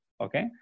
okay